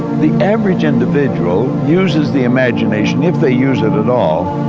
the average individual uses the imagination, if they use it it all,